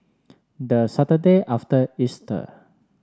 the Saturday after Easter